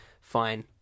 fine